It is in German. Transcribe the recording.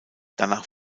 danach